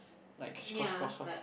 like cross cross cross